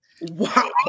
Wow